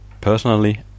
personally